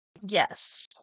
Yes